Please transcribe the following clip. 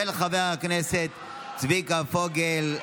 של חבר הכנסת צביקה פוגל.